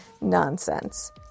Nonsense